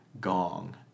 gong